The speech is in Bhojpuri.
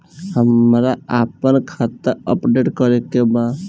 हमरा आपन खाता अपडेट करे के बा